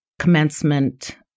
commencement